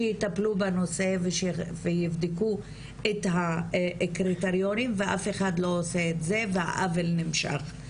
שיטפלו בנושא ויבדקו את הקריטריונים ואף אחד לא עושה את זה והעוול נמשך.